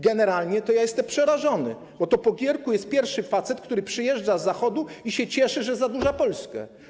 Generalnie jestem przerażony, bo to po Gierku jest pierwszy facet, który przyjeżdża z Zachodu i się cieszy, że zadłuża Polskę.